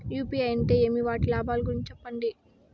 UPI అంటే ఏమి? వాటి లాభాల గురించి సెప్పండి?